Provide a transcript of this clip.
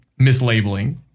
mislabeling